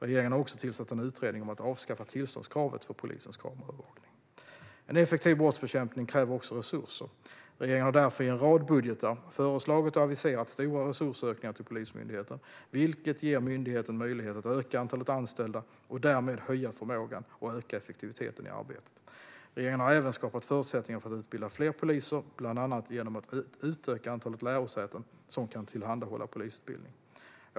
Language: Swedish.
Regeringen har också tillsatt en utredning om att avskaffa tillståndskravet för polisens kameraövervakning. En effektiv brottsbekämpning kräver också resurser. Regeringen har därför i en rad budgetar föreslagit och aviserat stora resursökningar till Polismyndigheten, vilket ger myndigheten möjlighet att öka antalet anställda och därmed höja förmågan och öka effektiviteten i arbetet. Regeringen har även skapat förutsättningar för att utbilda fler poliser, bland annat genom att utöka antalet lärosäten som kan tillhandahålla polisutbildning.